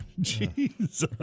Jesus